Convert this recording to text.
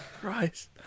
Christ